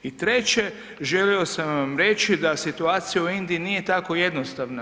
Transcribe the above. I treće želio sam vam reći da situacija u Indiji nije tako jednostavna.